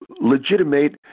legitimate